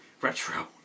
retro